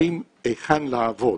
שמחליטים היכן לעבוד,